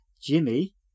Jimmy